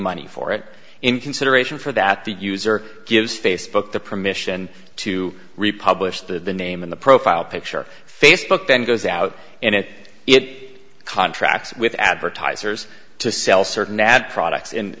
money for it in consideration for that the user gives facebook the permission to republish the name in the profile picture facebook then goes out and it it contracts with advertisers to sell certain ad product